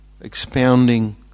expounding